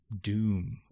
doom